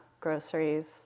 groceries